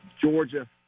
Georgia